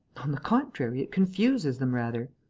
on the contrary, it confuses them rather.